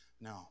No